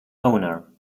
owner